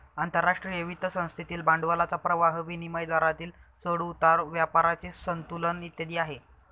आंतरराष्ट्रीय वित्त संस्थेतील भांडवलाचा प्रवाह, विनिमय दरातील चढ उतार, व्यापाराचे संतुलन इत्यादी आहे